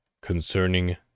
concerning